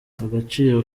agaciro